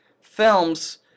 films